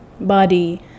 body